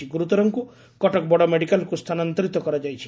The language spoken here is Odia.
କେତେକ ଗୁରୁତରଙ୍କୁ କଟକ ବଡ ମେଡିକାଲକୁ ସ୍ଥାନାନ୍ତରିତ କରାଯାଇଛି